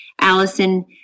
Allison